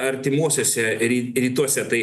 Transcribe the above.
artimuosiuose ry rytuose tai